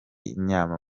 inyuma